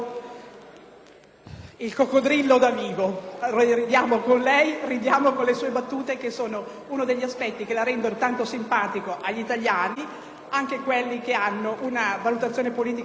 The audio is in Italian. «il coccodrillo da vivo». Ridiamo con lei, ridiamo delle sue battute, che sono uno degli aspetti che la rendono tanto simpatico agli italiani, anche quelli che hanno una valutazione politica diversa dalla sua,